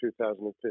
2015